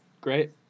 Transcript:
Great